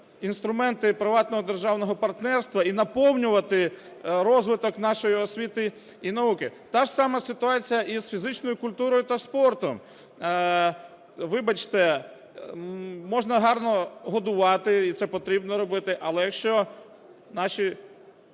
інструменти приватного державного партнерства і наповнювати розвиток нашої освіти і науки. Та ж сама ситуація і з фізичною культурою та спортом. Вибачте, можна гарно годувати, і це потрібно робити, але якщо наші